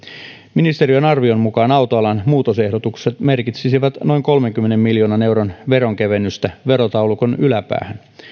ministeriön arvion mukaan autoalan muutosehdotukset merkitsisivät noin kolmenkymmenen miljoonan euron veronkevennystä verotaulukon yläpäähän